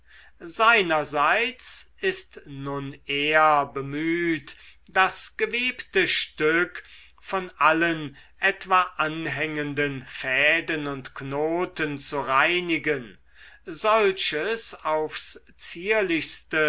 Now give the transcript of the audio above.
seinerseits ist nun er bemüht das gewebte stück von allen etwa anhängenden fäden und knoten zu reinigen solches aufs zierlichste